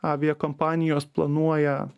aviakompanijos planuoja